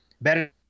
better